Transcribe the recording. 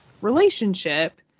relationship